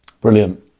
brilliant